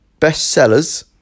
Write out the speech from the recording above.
bestsellers